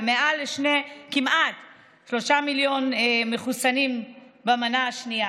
וכמעט שלושה מיליון מחוסנים במנה השנייה.